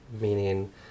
meaning